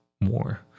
more